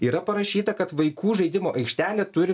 yra parašyta kad vaikų žaidimo aikštelė turi